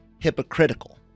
hypocritical